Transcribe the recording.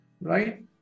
right